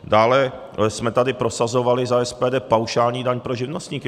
Dále jsme tady prosazovali za SPD paušální daň pro živnostníky.